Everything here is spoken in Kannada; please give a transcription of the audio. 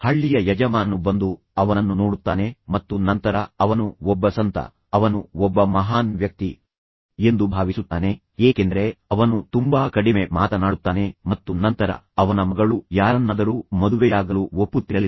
ಹಳ್ಳಿಯ ಯಜಮಾನನು ಬಂದು ಅವನನ್ನು ನೋಡುತ್ತಾನೆ ಮತ್ತು ನಂತರ ಅವನು ಒಬ್ಬ ಸಂತ ಅವನು ಒಬ್ಬ ಮಹಾನ್ ವ್ಯಕ್ತಿ ಎಂದು ಭಾವಿಸುತ್ತಾನೆ ವ್ಯಕ್ತಿ ಏಕೆಂದರೆ ಅವನು ತುಂಬಾ ಕಡಿಮೆ ಮಾತನಾಡುತ್ತಾನೆ ಮತ್ತು ನಂತರ ಅವನ ಮಗಳು ಯಾರನ್ನಾದರೂ ಮದುವೆಯಾಗಲು ಒಪ್ಪುತ್ತಿರಲಿಲ್ಲ